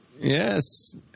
Yes